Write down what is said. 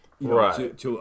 Right